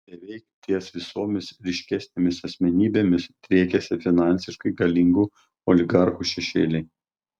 beveik ties visomis ryškesnėmis asmenybėmis driekiasi finansiškai galingų oligarchų šešėliai